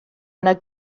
yno